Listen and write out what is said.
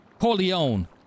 corleone